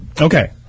Okay